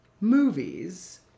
movies